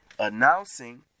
announcing